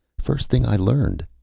first thing i learned,